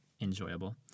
enjoyable